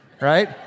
right